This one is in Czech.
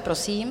Prosím.